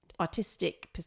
artistic